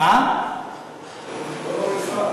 אין שר.